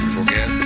Forget